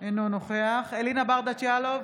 אינו נוכח אלינה ברדץ' יאלוב,